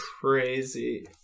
crazy